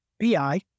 BI